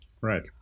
Right